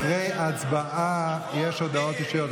אחרי ההצבעה יש הודעות אישיות.